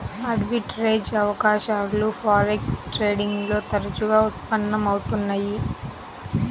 arbitrage అవకాశాలు forex trading లో తరచుగా ఉత్పన్నం అవుతున్నయ్యి